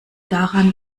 daran